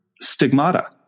stigmata